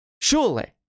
Surely